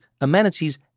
amenities